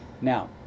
now